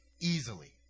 easily